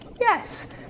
yes